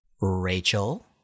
Rachel